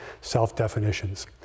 self-definitions